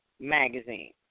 Magazine